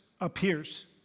appears